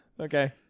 okay